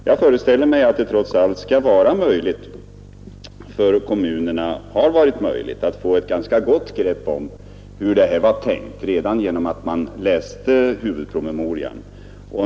Jag föreställer mig att det trots allt har varit möjligt för kommunerna att få ett ganska gott grepp om hur det här var tänkt redan genom att läsa huvudpromemorian.